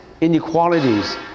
inequalities